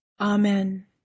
Amen